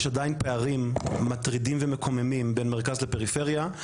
יש עדיין פערים מטרידים ומקוממים בין מרכז לפריפריה,